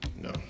no